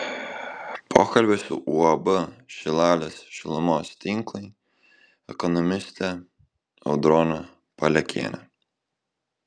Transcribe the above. pokalbis su uab šilalės šilumos tinklai ekonomiste audrone palekiene